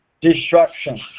destruction